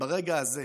וברגע הזה